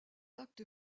acte